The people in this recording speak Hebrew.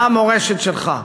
מה המורשת שלך?